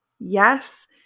Yes